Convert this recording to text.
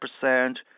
percent